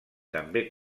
també